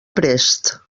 prest